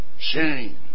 shame